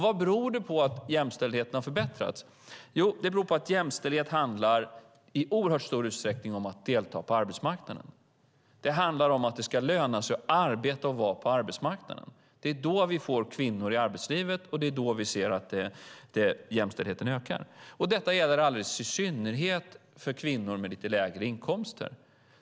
Vad beror det på att jämställdheten har förbättrats? Jo, det beror på att jämställdhet handlar i oerhört stor utsträckning om att delta på arbetsmarknaden. Det handlar om att det ska löna sig att arbeta och vara på arbetsmarknaden. Det är då vi får kvinnor i arbetslivet, och det är då vi ser att jämställdheten ökar. Detta gäller i synnerhet för kvinnor med lite lägre inkomster.